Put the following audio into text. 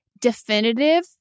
definitive